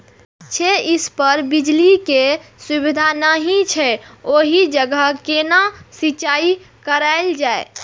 छै इस पर बिजली के सुविधा नहिं छै ओहि जगह केना सिंचाई कायल जाय?